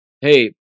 Hey